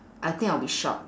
I think I'll be shocked